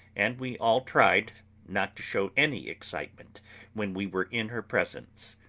and we all tried not to show any excitement when we were in her presence.